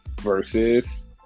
versus